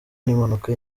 n’impanuka